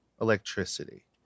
electricity